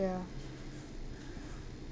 ya